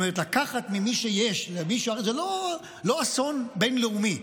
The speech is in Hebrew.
לקחת ממי שיש זה לא אסון בין-לאומי.